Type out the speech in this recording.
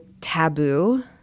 taboo